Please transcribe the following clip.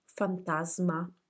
fantasma